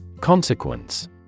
Consequence